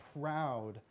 proud